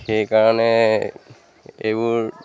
সেইকাৰণে এইবোৰ